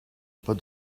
pas